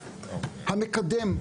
המקדם,